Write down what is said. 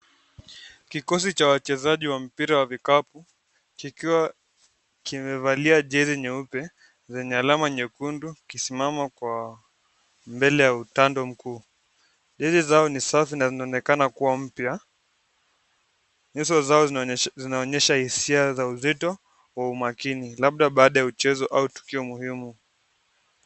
Jezi zao ni safi na zinonekana kuwa mpia. Yuso zao zinaonyesha isia zao zito o umakini, labda bade uchezo au tukio muhimu.